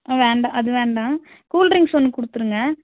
வேண்டாம் அது வேண்டாம் கூல் ட்ரிங்ஸ் ஒன்று கொடுத்துருங்க